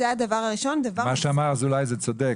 היועצת המשפטית אומרת שמה שאמר אזולאי זה צודק,